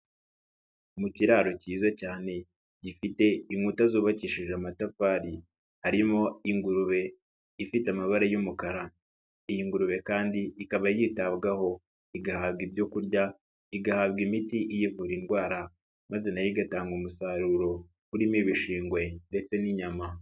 Mu kiraro cyiza cyane gifite inkuta zubakishije amatafari, harimo ingurube ifite amabara y'umukara iyi ngurube kandi ikaba yitabwaho igahaga ibyokurya, igahabwa imiti iyivura indwara maze nayo igatanga umusaruro urimo ibishingwe ndetse n'inyama.